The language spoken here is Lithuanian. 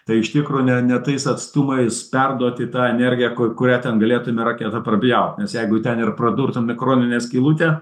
tai iš tikro ne ne tais atstumais perduoti tą energiją kurią ten galėtume raketa prapjaut nes jeigu ten ir pradurtum mikroninę skylutę